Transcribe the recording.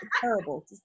Terrible